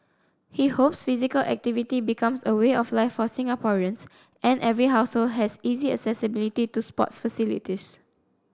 he hopes physical activity becomes a way of life for Singaporeans and every household has easy accessibility to sports facilities